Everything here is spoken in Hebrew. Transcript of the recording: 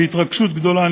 בהתרגשות גדולה.